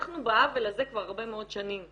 אנחנו בעוול הזה כבר הרבה מאוד שנים.